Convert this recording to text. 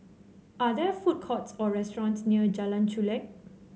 are there food courts or restaurants near Jalan Chulek